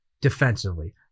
defensively